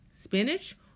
Spinach